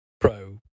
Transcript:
pro